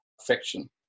affection